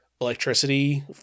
electricity